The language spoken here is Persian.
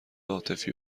عاطفی